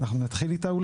אז אנחנו נתחיל איתה?